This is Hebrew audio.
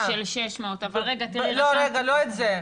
של 600. רגע, לא זה.